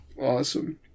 Awesome